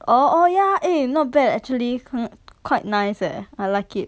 oh oh ya eh not bad actually qu~ quite nice eh I like it